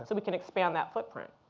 so we can expand that footprint.